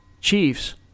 Chiefs